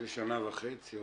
של שנה וחצי,